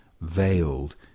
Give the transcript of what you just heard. veiled